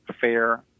fair